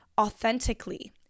authentically